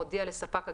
הודיע לספק הגז,